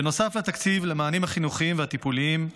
בנוסף לתקציב למענים החינוכיים והטיפוליים,